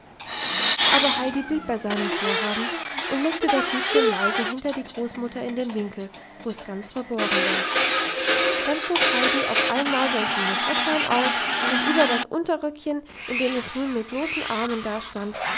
aber heidi blieb bei seinem vorhaben und legte das hütchen leise hinter die großmutter in den winkel wo es ganz verborgen war dann zog heidi auf einmal sein schönes röcklein aus und über das unterröckchen in dem es nun mit bloßen armen dastand